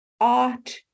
art